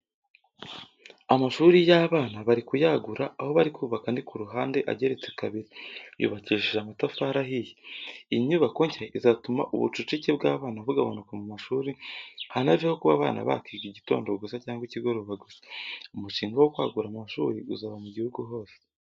Amashuri y'abana bari kuyagura aho baru kubaka andi ku ruhande ageretse kabiri, yubakishije amatafari ahiye. Iyi nyubako nshya izatuma ubucucike bw'abana bugabanuka mu mashuri, hanaveho kuba abana bakiga igitondo gusa cyangwa ikigoroba gusa. Umushinga wo kwagura amashuri uzaba mu gihugu hose.